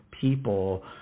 people